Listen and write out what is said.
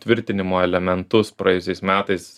tvirtinimo elementus praėjusiais metais